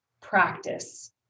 practice